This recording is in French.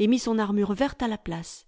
et mit son armure verte à la place